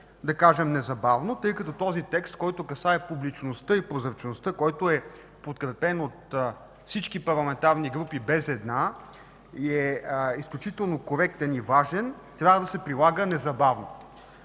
думата „незабавно”, тъй като текстът, касаещ публичността и прозрачността, подкрепен от всички парламентарни групи без една, е изключително коректен и важен и трябва да се прилага незабавно.